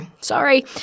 sorry